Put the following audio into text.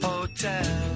Hotel